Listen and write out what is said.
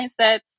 mindsets